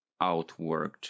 outworked